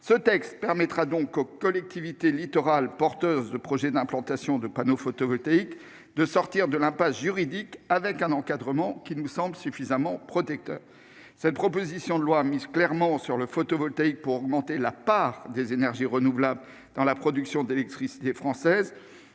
Ce texte permettra donc aux collectivités littorales porteuses de projets d'implantation de panneaux photovoltaïques de sortir de l'impasse juridique, avec un encadrement qui nous semble suffisamment protecteur. Cette proposition de loi mise clairement sur le photovoltaïque pour augmenter la part des énergies renouvelables dans la production d'électricité française,